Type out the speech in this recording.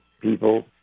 people